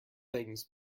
things